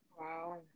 Wow